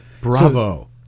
bravo